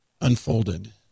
unfolded